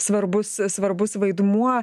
svarbus svarbus vaidmuo